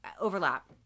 overlap